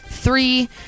Three